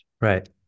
right